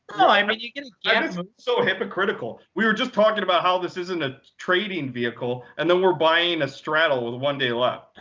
i mean, you can can so hypocritical. we were just talking about how this isn't a trading vehicle, and then we're buying a straddle with one day left.